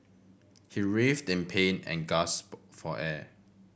he writhed in pain and gasped for air